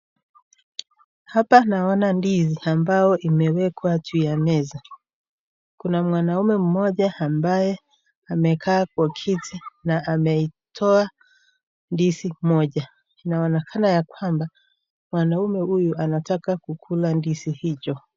Hapa naona ndizi ambao imewekwa juu ya meza, kuna mwanaume mmoja ambaye amekaa kwa kiti na ameitoa ndizi moja, inaonekana ya kwamba mwanaume huyu antaka kukula ndizi hicho.